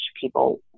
people